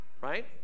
right